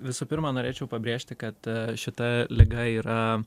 visų pirma norėčiau pabrėžti kad šita liga yra